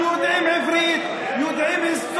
שיודעים עברית,